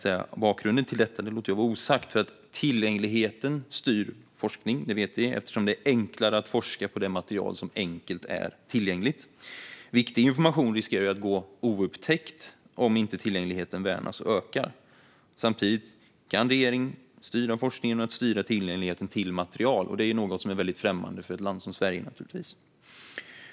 Vi vet att tillgängligheten styr forskning, eftersom det är enklare att forska på det material som är lätt tillgängligt. Viktig information riskerar att bli oupptäckt om inte tillgängligheten värnas och ökar. Samtidigt kan regeringen styra forskningen och tillgängligheten till material. Det är naturligtvis något som är främmande i ett land som Sverige. Fru talman!